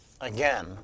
again